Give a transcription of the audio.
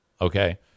Okay